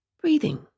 breathing